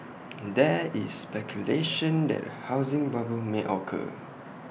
there is speculation that A housing bubble may occur